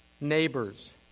Neighbors